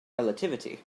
relativity